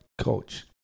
Coach